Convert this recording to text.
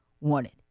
wanted